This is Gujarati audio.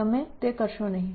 તમે તે કરશો નહીં